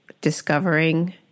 discovering